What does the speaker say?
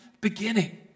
beginning